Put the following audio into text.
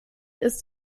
ist